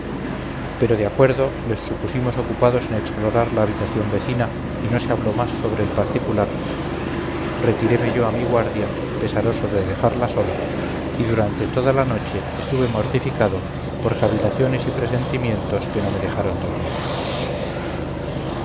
pero de acuerdo les supusimos ocupados en explorar la habitación vecina y no se habló más sobre el particular retireme yo a mi guardia pesaroso de dejarla sola y durante toda la noche estuve mortificado por cavilaciones y presentimientos que no me dejaron dormir